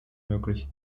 möglich